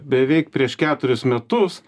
beveik prieš keturis metus